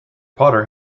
potter